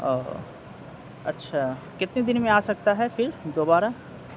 او اچھا کتنے دن میں آ سکتا ہے پھر دوبارہ